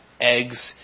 eggs